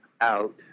out